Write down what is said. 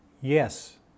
yes